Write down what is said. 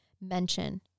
mention